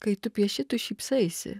kai tu pieši tu šypsaisi